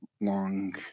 long